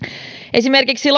esimerkiksi